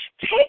Take